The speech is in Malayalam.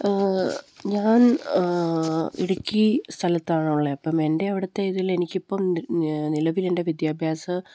ഞാൻ ഇടുക്കി സ്ഥലത്താണുള്ളത് അപ്പം എൻ്റെ അവിടുത്തെ ഇതിൽ എനിക്കിപ്പം നിലവിലെൻ്റെ വിദ്യാഭ്യാസ